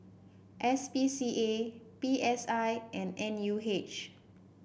S P C A P S I and N U H